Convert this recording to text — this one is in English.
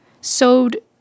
sewed